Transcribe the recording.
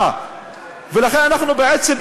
ולכן אנחנו בעצם,